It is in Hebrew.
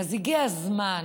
אז הגיע הזמן